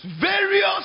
various